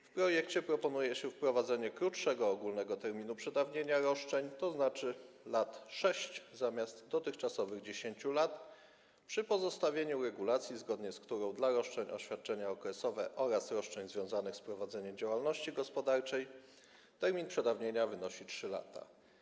W projekcie proponuje się wprowadzenie krótszego ogólnego terminu przedawnienia roszczeń - tzn. 6 lat zamiast dotychczasowych 10 lat - przy pozostawieniu regulacji, zgodnie z którą dla roszczeń o świadczenia okresowe oraz roszczeń związanych z prowadzeniem działalności gospodarczej termin przedawnienia wynosi 3 lata.